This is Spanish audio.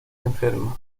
enferma